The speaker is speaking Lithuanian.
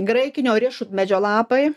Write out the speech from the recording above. graikinio riešutmedžio lapai